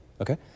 okay